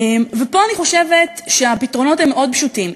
ופה אני חושבת שהפתרונות הם מאוד פשוטים.